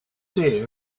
day